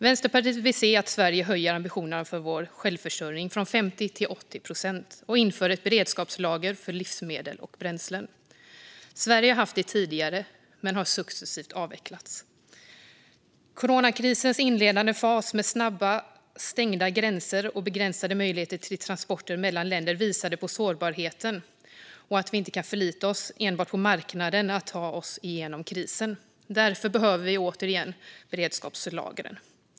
Vänsterpartiet vill se att vi i Sverige höjer ambitionerna för vår självförsörjning från 50 till 80 procent och inför ett beredskapslager för livsmedel och bränslen. Sverige har haft det tidigare, men det har successivt avvecklats. Coronakrisens inledande fas med snabbt stängda gränser och begränsade möjligheter till transporter mellan länder visade på sårbarheten och att vi inte kan förlita oss enbart på marknaden för att ta oss igenom krisen. Därför behöver vi återigen beredskapslagren.